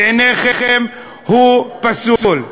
בעיניכם הוא פסול.